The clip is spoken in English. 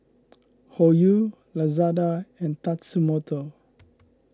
Hoyu Lazada and Tatsumoto